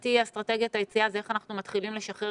מבחינתי אסטרטגיית היציאה היא איך אנחנו מתחילים לשחרר